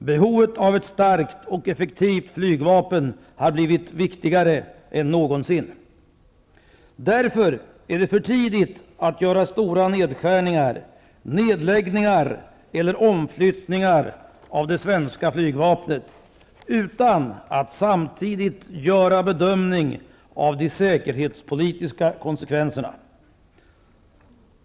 Behovet av ett starkt och effektivt flygvapen har blivit viktigare än tidigare. Därför är det för tidigt att göra stora nedskärningar, nedläggningar eller omflyttningar av det svenska flygvapnet utan att samtidigt göra en bedömning av de säkerhetspolitiska konsekvenserna.